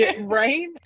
right